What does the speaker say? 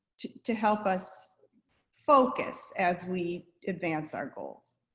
to help us focus as we advance our goals.